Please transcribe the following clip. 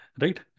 right